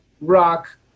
rock